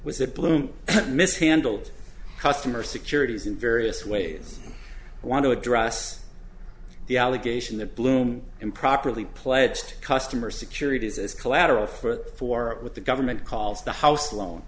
was that bloom mishandled customer securities in various ways want to address the allegation that bloom improperly pledged customer securities as collateral for four with the government calls the house